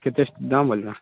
କେତେ ଦାମ୍